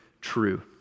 true